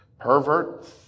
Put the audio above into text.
pervert